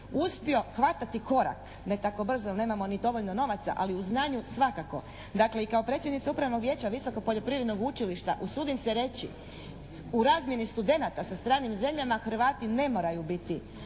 uspio hvatati korak ne tako brzo jer nemamo ni dovoljno novaca, ali u znanju svakako. Dakle, i kao predsjednika Upravnog vijeća Visokog poljoprivrednog učilišta usudim se reći u razmjeni studenata sa stranim zemljama Hrvati ne moraju biti